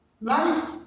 life